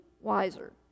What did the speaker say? wiser